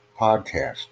podcast